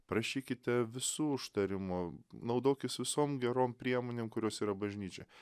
prašykite visų užtarimo naudokis visom gerom priemonėm kurios yra bažnyčioj